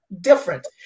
different